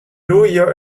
luglio